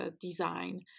design